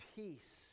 peace